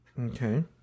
Okay